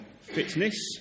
fitness